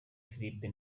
philippe